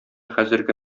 хәзерге